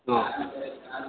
ఆ ఓకే